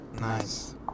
Nice